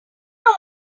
know